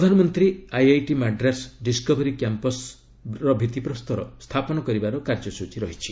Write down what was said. ପ୍ରଧାନମନ୍ତ୍ରୀ IIT Madras discovery କ୍ୟାମ୍ପସର ଭିତ୍ତିପ୍ରସ୍ତର ସ୍ଥାପନ କରିବାର କାର୍ଯ୍ୟସୂଚୀ ରହିଛି